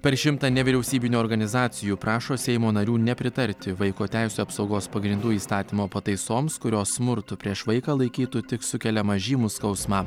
per šimtą nevyriausybinių organizacijų prašo seimo narių nepritarti vaiko teisių apsaugos pagrindų įstatymo pataisoms kurios smurtu prieš vaiką laikytų tik sukeliamas žymų skausmą